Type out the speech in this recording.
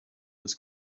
this